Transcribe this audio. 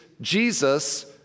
Jesus